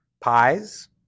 Pies